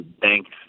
thanks